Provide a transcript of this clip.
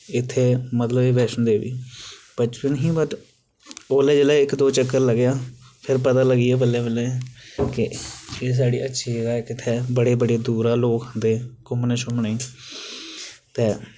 एह् इत्थें मतलब एह् वैष्णो देवी बट औल्लै जेल्लै इक दो चक्कर लग्गेआ फिर पता लग्गी गेआ बल्लें बल्लें कि अच्छी जगह साढ़े इत्थें इक बड़े बड़े दूरा लोक आंदे घूमने शूमने गी ते